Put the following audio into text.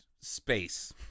space